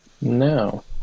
No